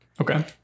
Okay